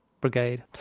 brigade